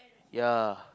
yeah